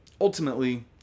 ultimately